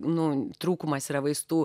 nu trūkumas yra vaistų